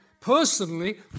personally